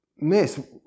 miss